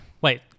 Wait